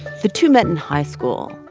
the two met in high school.